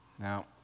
Now